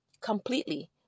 completely